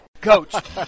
Coach